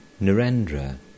Narendra